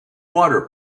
water